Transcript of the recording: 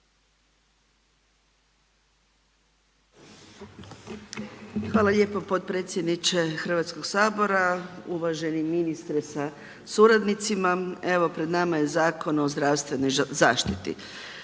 Hvala lijepo potpredsjedniče Hrvatskog sabora. Uvaženi ministre sa suradnicima. Evo, pred nama je Zakon o zdravstvenoj zaštiti.